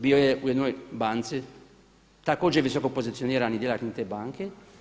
Bio je u jednoj banci također visoko pozicionirani djelatnik te banke.